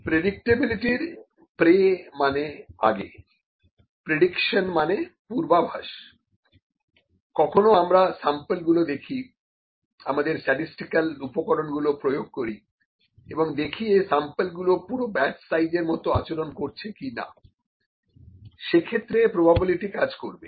প্রেডিক্টেবিলিটিপ্রে মানে আগে প্রেডিকশন মানে পূর্বাভাস কখনো আমরা স্যাম্পল গুলো দেখি আমাদের স্ট্যাটিসটিক্যাল উপকরণগুলো প্রয়োগ করি এবং দেখি এই স্যাম্পলগুলো পুরো ব্যাচ সাইজ এর মতো আচরণ করছে কিনা সেক্ষেত্রে প্রোবাবিলিটি কাজ করবে